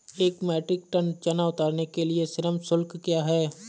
एक metric tonne चना उतारने के लिए श्रम शुल्क क्या है?